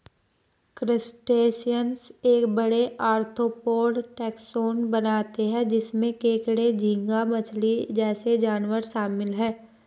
crustaceans एक बड़े, arthropod taxon बनाते हैं जिसमें केकड़े, झींगा मछली जैसे जानवर शामिल हैं